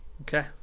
Okay